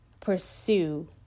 pursue